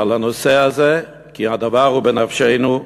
על הנושא הזה, כי הדבר הוא בנפשנו.